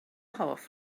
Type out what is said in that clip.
hoff